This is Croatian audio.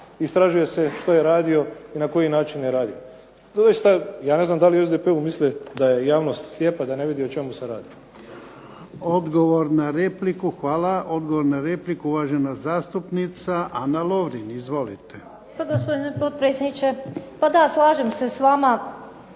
istražuje se što je radio i na koji način je radio. Doista, ja ne znam da li u SDP-u misle da je javnost slijepa i da ne vidi o čemu se radi. **Jarnjak, Ivan (HDZ)** Hvala. Odgovor na repliku, uvažena zastupnica Ana Lovrin. Izvolite. **Lovrin, Ana